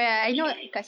it's okay